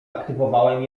aktywowałem